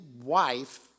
wife